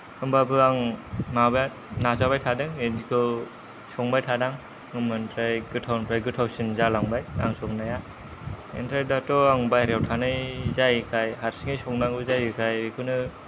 होमब्लाबो आं माबाया नाजाबाय थादों बिदिखौ संबाय थादों ओमफ्राय गोथावनिफ्राय गोथावसिन जालांबाय आं संनाया बेनिफ्राय दाथ' आं बाहेरायाव थानाय जायोखाय हारसिङै संनांगौ जायोखाय बेखौनो